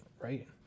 right